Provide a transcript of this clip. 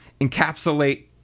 encapsulate